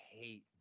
hate